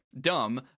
dumb